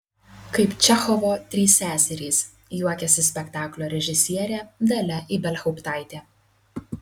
kaip čechovo trys seserys juokiasi spektaklio režisierė dalia ibelhauptaitė